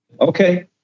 Okay